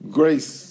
grace